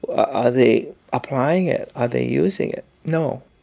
are they applying it? are they using it? no.